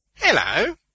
Hello